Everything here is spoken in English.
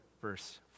verse